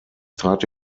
trat